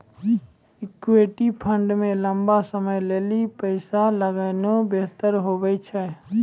equity fund मे लंबा समय लेली पैसा लगौनाय बेहतर हुवै छै